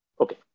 Okay